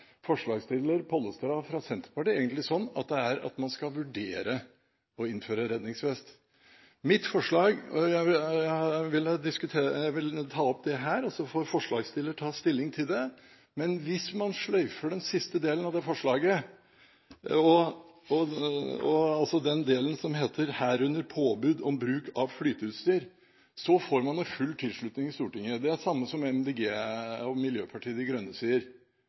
forslagsstiller Pollestad fra Senterpartiet sånn at man skal vurdere å innføre redningsvest. Jeg har et forslag som jeg vil ta opp her, så får forslagsstiller ta stilling til det. Hvis man sløyfer den siste delen av det forslaget – altså den delen som heter «herunder påbud om bruk av flyteutstyr» – får man full tilslutning i Stortinget. Det er det samme som Miljøpartiet De Grønne sier.